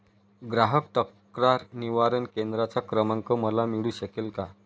ग्राहक तक्रार निवारण केंद्राचा क्रमांक मला मिळू शकेल का?